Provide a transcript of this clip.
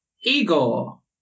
Igor